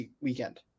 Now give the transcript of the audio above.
weekend